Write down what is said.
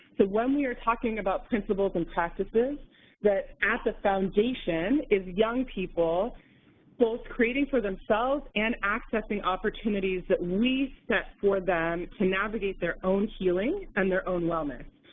when we are talking about principles and practices that at the foundation is young people both creating for themselves and accessing opportunities that we set for them to navigate their own healing and their own wellness.